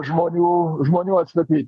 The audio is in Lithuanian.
žmonių žmonių atstatyt